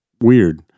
weird